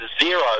zero